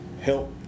help